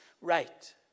right